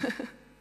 והיא תהיה.